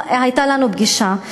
הייתה לנו פגישה,